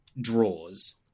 draws